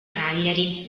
cagliari